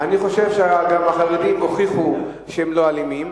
אני חושב שגם החרדים הוכיחו שהם לא אלימים.